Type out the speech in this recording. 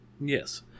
Yes